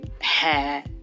hair